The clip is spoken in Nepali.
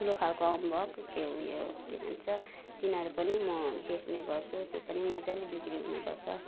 ठुलो खालके अम्बक त्यो उ यो के भन्छ तिनीहरू पनि म बेच्ने गर्छु त्यो पनि मजाले बिक्री हुने गर्छ